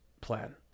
plan